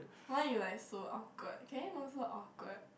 why you like so awkward can you don't so awkward